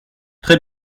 très